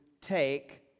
take